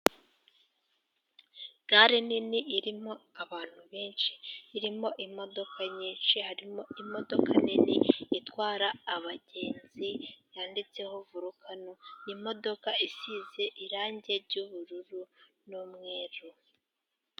Gare nini irimo abantu benshi, irimo imodoka nyinshi, harimo imodoka nini itwara abagenzi yanditseho volucano. Ni imodoka isize irangi ry'ubururu n'umweru.